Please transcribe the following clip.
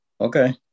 Okay